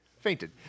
Fainted